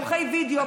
מומחי וידיאו,